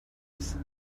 wise